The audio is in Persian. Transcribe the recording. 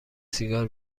سیگار